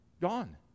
Gone